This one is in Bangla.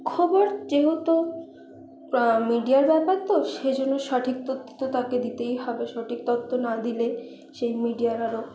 খবর যেহেতু মিডিয়ার ব্যাপার তো সেই জন্য সঠিক তথ্য তো তাকে দিতেই হবে সঠিক তথ্য না দিলে সেই মিডিয়ার আরও